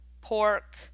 pork